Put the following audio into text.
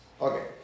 Okay